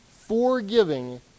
forgiving